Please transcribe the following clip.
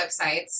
websites